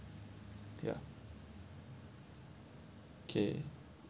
ya okay